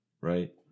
right